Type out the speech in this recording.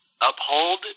uphold